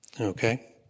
Okay